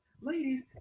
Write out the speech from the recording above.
Ladies